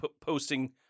posting